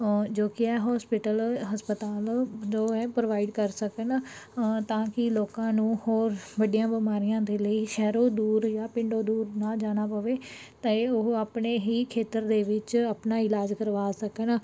ਜੋ ਕੀ ਹੈ ਹੋਸਪਿਟਲ ਹਸਪਤਾਲ ਜੋ ਹੈ ਪ੍ਰੋਵਾਈਡ ਕਰ ਸਕਣ ਤਾਂ ਕਿ ਲੋਕਾਂ ਨੂੰ ਹੋਰ ਵੱਡੀਆਂ ਬਿਮਾਰੀਆਂ ਦੇ ਲਈ ਸ਼ਹਿਰੋਂ ਦੂਰ ਜਾਂ ਪਿੰਡੋ ਦੂਰ ਨਾ ਜਾਣਾ ਪਵੇ ਤਾਂ ਇਹ ਉਹ ਆਪਣੇ ਹੀ ਖੇਤਰ ਦੇ ਵਿੱਚ ਆਪਣਾ ਇਲਾਜ ਕਰਵਾ ਸਕਣ